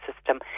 system